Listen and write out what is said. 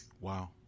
Wow